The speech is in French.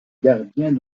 gardiens